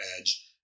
edge